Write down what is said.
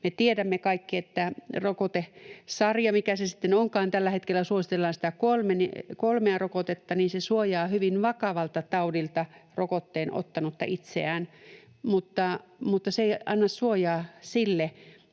Me tiedämme kaikki, että rokotesarja — mikä se sitten onkaan, tällä hetkellä suositellaan kolmea rokotetta — suojaa hyvin vakavalta taudilta rokotteen ottanutta itseään mutta ei anna suojaa sille,